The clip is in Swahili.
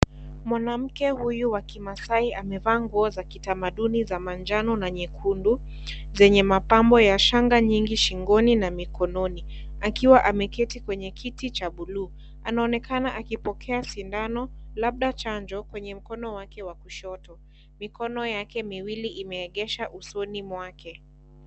Mwanamke huyu wa kimasai amevaa nguo za kitamaduni za manjano na nyekundu, zenye mapambo ya shanga nyingi shingoni, na mikononi. Akiwa ameketi kwenye kiti cha buluu. Anaonekana akipokea sindano labda chanjo, kwenye mkono wake wa kushoto. Mikono yake miwili imeegesha usoni mwake.